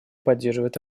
поддерживает